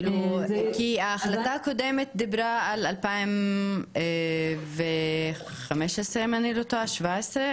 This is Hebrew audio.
כי ההחלטה הקודמת דיברה על 2015 אם אני לא טועה או 2017,